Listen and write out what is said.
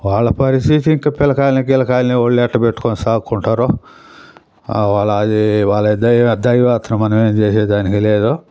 వాళ్ళ పరిస్థితి ఇంక పిల్లకాయల్ని గిల్లకాయల్ని వాళ్ళు ఎలా పెట్టుకుని సాకుకుంటారో వాళ్ళు అది వాళ్ళ దైవ దైవాత్రం మనం ఏం చేసేదానికి లేదు